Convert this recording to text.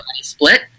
split